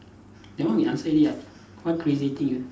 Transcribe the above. that one we answer already [what] what crazy thing you